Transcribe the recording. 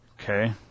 Okay